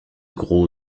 gros